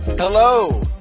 Hello